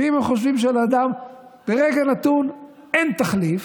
ואם הם חושבים שלאדם ברגע נתון אין תחליף,